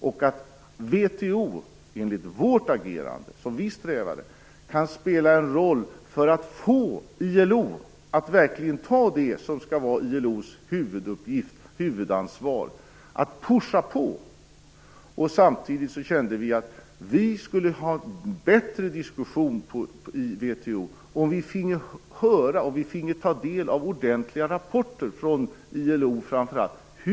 VHO kan, vilket vi strävar efter, spela en roll för att få ILO att verkligen göra det som är ILO:s huvudansvar, nämligen att skjuta på. Samtidigt kände vi att vi skulle få en bättre diskussion i VHO om vi fick höra och ta del av ordentliga rapporter från framför allt ILO.